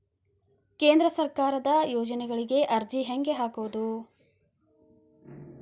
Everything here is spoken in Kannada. ಕೇಂದ್ರ ಸರ್ಕಾರದ ಯೋಜನೆಗಳಿಗೆ ಅರ್ಜಿ ಹೆಂಗೆ ಹಾಕೋದು?